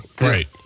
Right